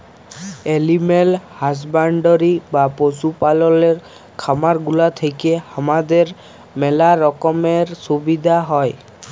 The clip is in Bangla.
এলিম্যাল হাসব্যান্ডরি বা পশু পাললের খামার গুলা থেক্যে হামাদের ম্যালা রকমের সুবিধা হ্যয়